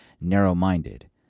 narrow-minded